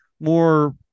more